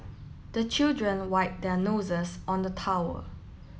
the children wipe their noses on the towel